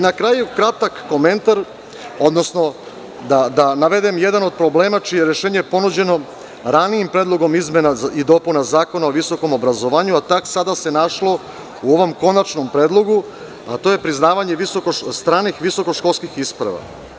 Na kraju kratak komentar, odnosno da navedem jedan od problema čije je rešenje ponuđeno ranijim predlogom izmena i dopuna Zakona o visokom obrazovanju, a tek sada se našlo u ovom konačnom predlogu, a to je priznavanje stranih visokoškolskih isprava.